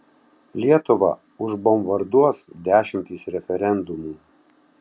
lietuvą užbombarduos dešimtys referendumų